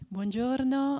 Buongiorno